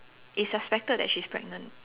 it's suspected that she's pregnant